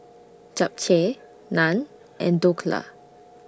Japchae Naan and Dhokla